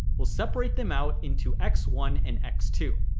we'll separate them out into x one and x two.